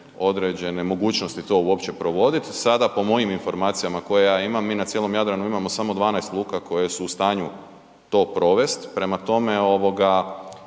određene mogućnosti to uopće provoditi, sada po mojim informacijama koje ja imam, mi na cijelom Jadranu imamo samo 12 luka koje su u stanju to provest, prema tome, uzmimo